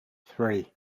three